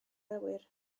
awyr